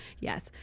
Yes